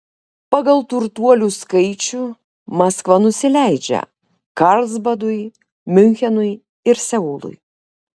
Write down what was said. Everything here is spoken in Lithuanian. pagal turtuolių skaičių maskva nusileidžia karlsbadui miunchenui ir seului